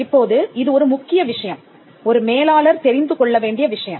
இப்போது இது ஒரு முக்கிய விஷயம் ஒரு மேலாளர் தெரிந்து கொள்ள வேண்டிய விஷயம்